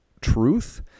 truth